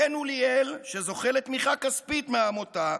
בן אוליאל, שזוכה לתמיכה כספית מהעמותה,